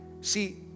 See